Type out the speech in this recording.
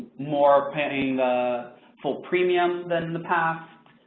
more paying the full premium than in the past.